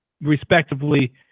respectively